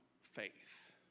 faith